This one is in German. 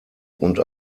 und